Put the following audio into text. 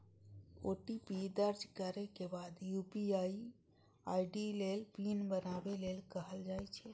OTP दर्ज करै के बाद यू.पी.आई आई.डी लेल पिन बनाबै लेल कहल जाइ छै